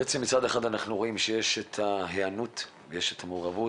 בעצם מצד אחד אנחנו רואים שיש את ההיענות ויש את המעורבות,